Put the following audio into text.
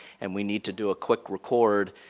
and we need to do a quick record,